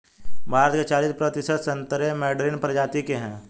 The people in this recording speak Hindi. भारत के चालिस प्रतिशत संतरे मैडरीन प्रजाति के हैं